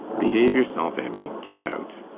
behave yourself, emmy. get out.